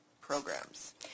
programs